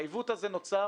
העיוות הזה נוצר